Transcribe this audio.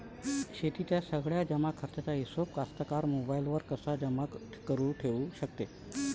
शेतीच्या सगळ्या जमाखर्चाचा हिशोब कास्तकार मोबाईलवर कसा जमा करुन ठेऊ शकते?